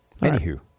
Anywho